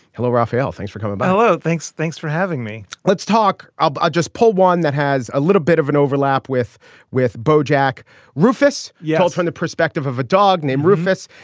hello, rafael. thanks for coming by. hello. thanks. thanks for having me. let's talk about just pull one that has a little bit of an overlap with with bojack rufous yells from the perspective of a dog named rufus.